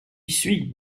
suis